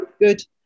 good